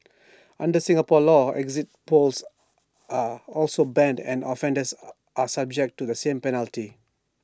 under Singapore law exit polls are also banned and offenders are subject to the same penalty